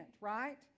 right